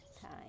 time